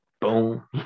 boom